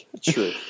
true